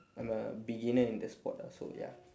I'm a beginner in the sport lah so ya